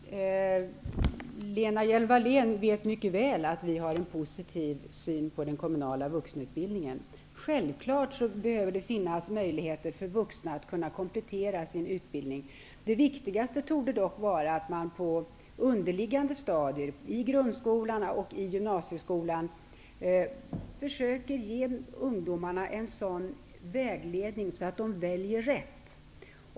Herr talman! Lena Hjelm-Walle n vet mycket väl att vi har en positiv syn på den kommunala vuxenutbildningen. Det behöver självfallet finnas möjligheter för vuxna att kunna komplettera sin utbildning. Det viktigaste torde dock vara att man på underliggande stadier, i grundskolan och i gymnasieskolan, försöker ge ungdomarna en sådan vägledning att de väljer rätt.